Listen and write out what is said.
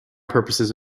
purposes